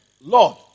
Lord